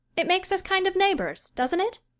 it makes us kind of neighbors, doesn't it?